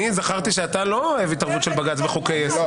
אני זכרתי שאתה לא אוהב התערבות של בג"ץ בחוקי-יסוד.